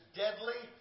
deadly